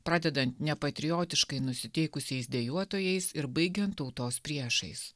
pradedant nepatriotiškai nusiteikusiais dejuotojais ir baigiant tautos priešais